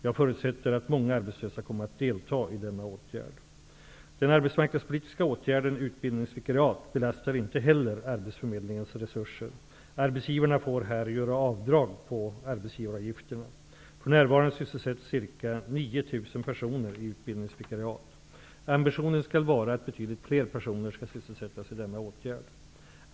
Jag förutsätter att många arbetslösa kommer att delta i denna åtgärd. utbildningsvikariat -- belastar inte heller arbetsförmedlingens resurser. Arbetsgivarna får här göra avdrag på arbetsgivaravgifterna. För närvarande sysselsätts ca 9 000 personer i utbildningsvikariat. Ambitionen skall vara att betydligt fler personer skall sysselsättas i denna åtgärd.